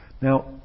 now